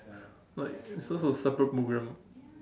like so it's just a separate programme lor